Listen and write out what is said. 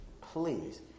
please